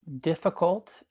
difficult